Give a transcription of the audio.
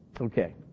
Okay